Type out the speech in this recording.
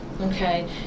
Okay